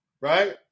right